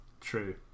True